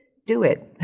do it.